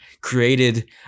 created